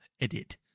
edit